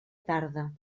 tarda